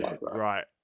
Right